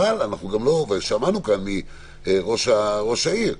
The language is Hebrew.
אבל שמענו כאן מראש העיר,